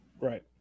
Right